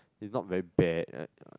it's not very bad like